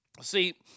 See